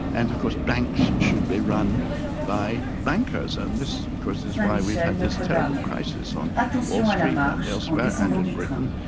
and of course banks should be run by bankers. and this of course is why we've had this terrible crisis on wall street and elsewhere, and in britain.